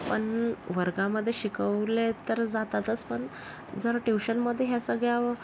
पण वर्गामध्ये शिकवले तर जातातच पण जर ट्युशनमध्ये ह्या सगळ्या